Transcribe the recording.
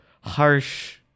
harsh